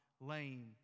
lame